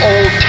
Old